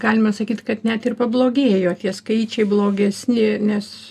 galime sakyt kad net ir pablogėjo tie skaičiai blogesni nes